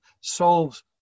solves